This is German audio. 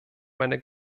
meine